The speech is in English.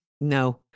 no